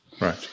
right